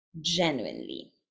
genuinely